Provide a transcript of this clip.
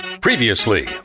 Previously